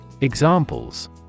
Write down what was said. Examples